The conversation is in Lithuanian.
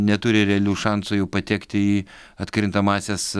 neturi realių šansų jau patekti į atkrintamąsias